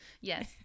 Yes